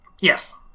Yes